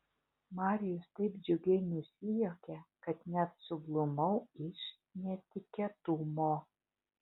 marijus taip džiugiai nusijuokė kad net suglumau iš netikėtumo